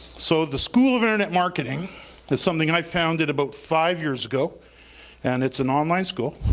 so the school of internet marketing is something i found it about five years ago and it's an online school.